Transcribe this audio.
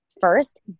first